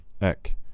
Eck